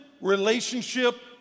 relationship